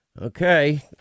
Okay